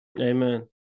amen